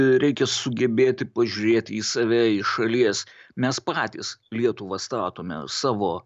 reikia sugebėti pažiūrėti į save į šalies mes patys lietuvą statome savo